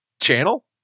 Channel